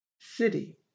City